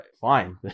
Fine